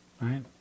right